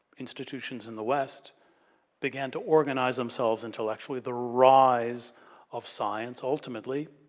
institutions in the west began to organize themselves intellectually, the rise of science, ultimately.